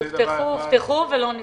התקציבים הובטחו ולא ניתנו.